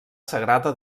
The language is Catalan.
sagrada